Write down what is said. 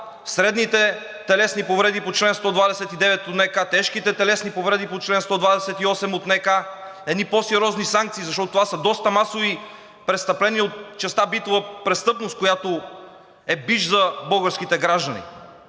средните телесни повреди по чл. 129 по НК, тежките телесни повреди по чл. 128 от НК, едни по сериозни санкции, защото това са доста масови престъпления от частта битова престъпност, която е бич за българските граждани.